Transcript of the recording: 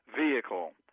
vehicle